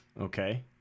Okay